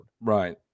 Right